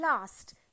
last